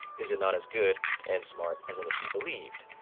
is it not as good and smart as initially believed?